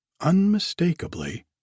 unmistakably